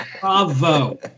bravo